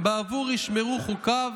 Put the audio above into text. בעבור ישמרו חֻקיו